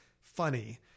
funny